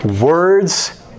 Words